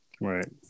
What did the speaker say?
Right